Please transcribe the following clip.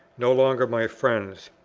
no longer my friends.